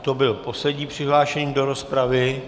To byl poslední přihlášený do rozpravy.